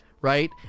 right